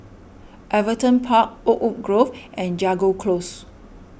Everton Park Oakwood Grove and Jago Close